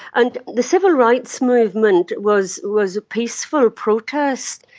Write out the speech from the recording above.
and the civil rights movement was was a peaceful protest.